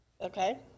okay